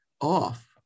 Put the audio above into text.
off